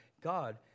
God